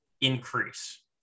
increase